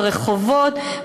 ברחובות,